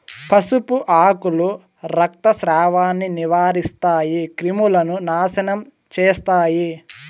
పసుపు ఆకులు రక్తస్రావాన్ని నివారిస్తాయి, క్రిములను నాశనం చేస్తాయి